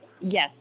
yes